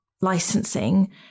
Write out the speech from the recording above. licensing